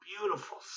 beautiful